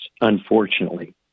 unfortunately